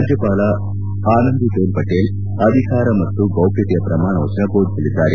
ರಾಜ್ಯಪಾಲ ಆನಂದಿಬೆನ್ ಪಟೇಲ್ ಅಧಿಕಾರ ಮತ್ತು ಗೌಪ್ಯತೆಯ ಪ್ರಮಾಣ ವಚನ ಬೋಧಿಸಲಿದ್ದಾರೆ